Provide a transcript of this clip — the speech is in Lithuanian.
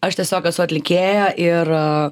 aš tiesiog esu atlikėja ir